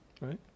right